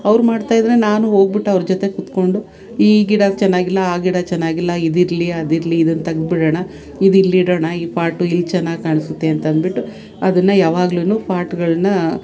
ಅವ್ರು ಮಾಡ್ತಾಯಿದ್ರೆ ನಾನು ಹೋಗ್ಬಿಟ್ಟು ಅವ್ರ ಜೊತೆ ಕೂತ್ಕೊಂಡು ಈ ಗಿಡ ಚೆನ್ನಾಗಿಲ್ಲ ಆ ಗಿಡ ಚೆನ್ನಾಗಿಲ್ಲ ಇದಿರಲಿ ಅದಿರಲಿ ಇದನ್ನ ತೆಗ್ದ್ಬಿಡೋಣ ಇದಿಲ್ಲಿಡೋಣ ಈ ಪಾಟು ಇಲ್ಲಿ ಚೆನ್ನಾಗಿ ಕಾಣಿಸುತ್ತೆ ಅಂತಂದ್ಬಿಟ್ಟು ಅದನ್ನು ಯಾವಾಗ್ಲೂ ಪಾಟ್ಗಳನ್ನ